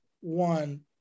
one